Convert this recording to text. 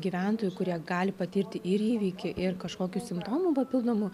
gyventojų kurie gali patirti ir įvykį ir kažkokių simptomų papildomų